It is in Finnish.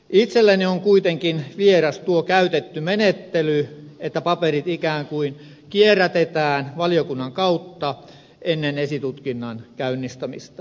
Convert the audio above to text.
itselleni on kuitenkin vieras tuo käytetty menettely että paperit ikään kuin kierrätetään valiokunnan kautta ennen esitutkinnan käynnistämistä